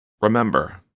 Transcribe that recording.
Remember